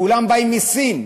כולם באים מסין,